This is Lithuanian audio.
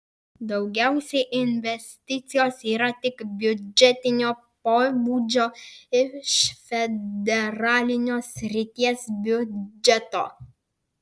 daugiausiai investicijos yra tik biudžetinio pobūdžio iš federalinio srities biudžeto